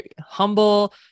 humble